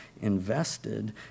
invested